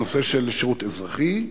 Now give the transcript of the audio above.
הנושא של שירות אזרחי,